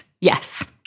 Yes